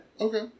Okay